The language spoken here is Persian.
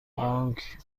بانک